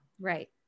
right